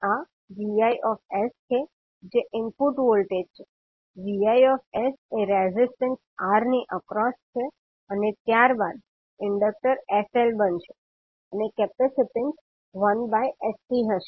આ 𝑉𝑖 𝑠 છે જે ઈનપુટ વોલ્ટેજ છે 𝑉𝑖 𝑠 એ રેઝિસ્ટન્સ R ની એક્રોસ છે અને ત્યારબાદ ઇન્ડક્ટર sL બનશે અને કેપેસિટેન્સ 1sC હશે